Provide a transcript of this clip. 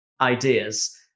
ideas